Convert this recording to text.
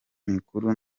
mikuru